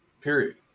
period